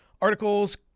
articles